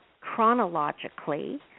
chronologically